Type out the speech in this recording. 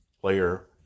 player